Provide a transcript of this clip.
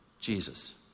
Jesus